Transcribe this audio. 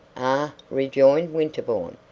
ah! rejoined winterbourne,